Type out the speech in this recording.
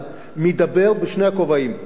מדברת בשני הכובעים: א.